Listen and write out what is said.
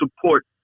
support